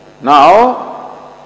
Now